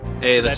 Hey